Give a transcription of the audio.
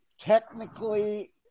technically